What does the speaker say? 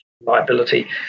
liability